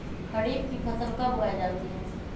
खरीफ की फसल कब उगाई जाती है?